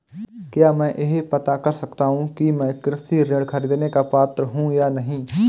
क्या मैं यह पता कर सकता हूँ कि मैं कृषि ऋण ख़रीदने का पात्र हूँ या नहीं?